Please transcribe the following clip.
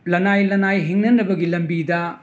ꯂꯅꯥꯏ ꯂꯅꯥꯏ ꯍꯤꯡꯅꯅꯕꯒꯤ ꯂꯝꯕꯤꯗ